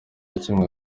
kimwe